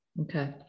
Okay